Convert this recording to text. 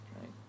right